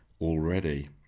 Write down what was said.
already